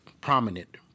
prominent